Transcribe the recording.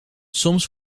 soms